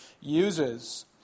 uses